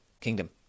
Kingdom